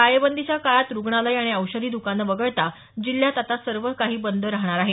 टाळेबंदीच्या काळात रुग्णालयं आणि औषधी दुकानं वगळता जिल्ह्यात आता सर्वच काही बंद राहणार आहे